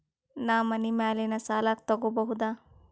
ನಾ ಮನಿ ಮ್ಯಾಲಿನ ಸಾಲ ತಗೋಬಹುದಾ?